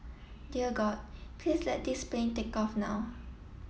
dear God please let this plane take off now